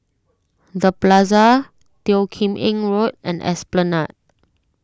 the Plaza Teo Kim Eng Road and Esplanade